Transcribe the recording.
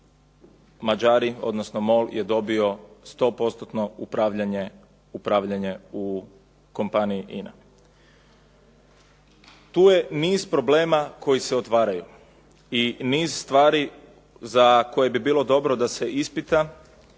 Mađari odnosno MOL je dobio 100%-tno upravljanje u kompaniji INA-e. Tu je niz problema koji se otvaraju i niz stvari za koje bi bilo dobro da se ispita